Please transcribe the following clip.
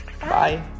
Bye